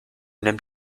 nimmt